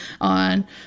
on